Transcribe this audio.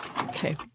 Okay